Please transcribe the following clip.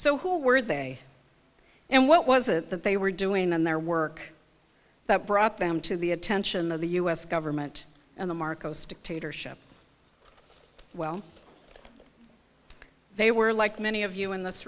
so who were they and what was it that they were doing in their work that brought them to the attention of the u s government and the marcos dictatorship well they were like many of you in this